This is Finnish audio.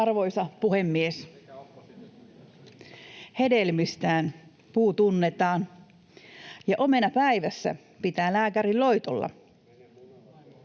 Arvoisa puhemies! Hedelmistään puu tunnetaan, ja omena päivässä pitää lääkärin loitolla.